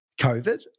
COVID